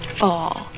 fall